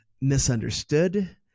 misunderstood